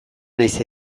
nahiz